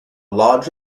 large